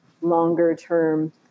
longer-term